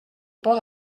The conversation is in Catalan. pot